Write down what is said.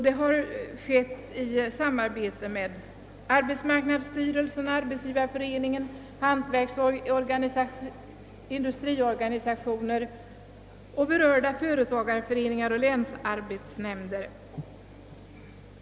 Detta har skett i samarbete med arbetsmarknadsstyrelsen, Svenska arbetsgivareföreningen, Sveriges hantverksoch industriorganisation samt berörda företagarföreningar och länsarbetsnämnder.